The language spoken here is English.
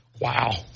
Wow